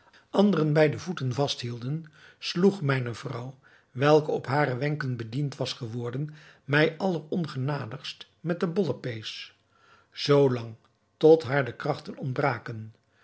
anderen bij de voeten vasthielden sloeg mijne vrouw welke op hare wenken bediend was geworden mij aller ongenadigst met den bollepees zoo lang tot haar de krachten ontbraken